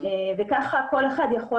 וכך כל אחד יכול,